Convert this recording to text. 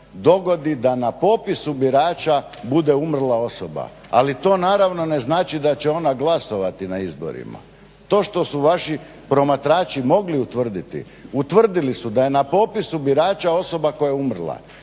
dogodi da na popisu birača bude umrla osoba, ali to naravno ne znači da će ona glasovati na izborima. To što su vaši promatrači mogli utvrditi, utvrdili su da je na popisu birača osoba koja je umrla.